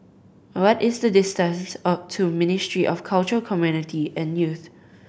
what is the distance of to Ministry of Culture Community and Youth